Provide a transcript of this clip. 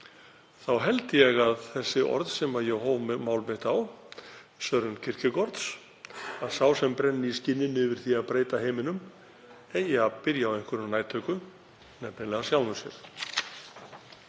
þá held ég að þau orð sem ég hóf mál mitt á, orð Sørens Kierkegaards, að sá sem brenni í skinninu yfir því að breyta heiminum eigi að byrja á einhverju nærtæku, nefnilega sjálfum sér,